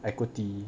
equity